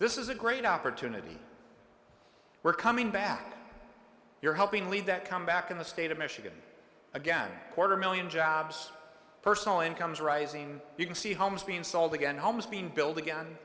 this is a great opportunity we're coming back here helping lead that comeback in the state of michigan again a quarter million jobs personal incomes rising you can see homes being sold again homes being build again